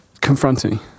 confronting